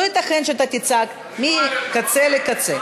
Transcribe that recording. לא ייתכן שאתה תצעק מקצה לקצה.